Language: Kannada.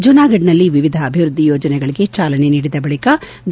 ಜುನಾಗಡ್ನಲ್ಲಿ ವಿವಿಧ ಅಭಿವೃದ್ದಿ ಯೋಜನೆಗಳಿಗೆ ಚಾಲನೆ ನೀಡಿದ ಬಳಿಕೆ